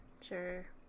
Sure